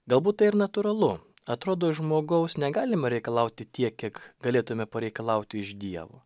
galbūt tai ir natūralu atrodo žmogaus negalima reikalauti tiek kiek galėtume pareikalauti iš dievo